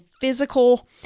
physical